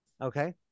Okay